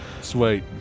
sweet